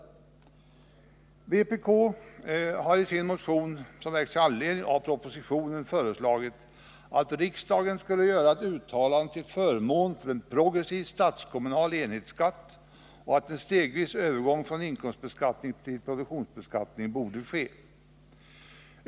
25 Vpk har i sin motion, som väckts i anledning av propositionen, föreslagit att riksdagen skulle göra ett uttalande till förmån för en progressiv statskommunal enhetsskatt och att en stegvis övergång från inkomstbeskattning till produktionsbeskattning borde ske.